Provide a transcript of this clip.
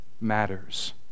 matters